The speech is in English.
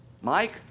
Mike